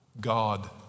God